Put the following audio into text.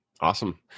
Awesome